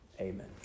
amen